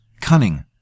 cunning